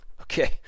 Okay